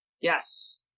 Yes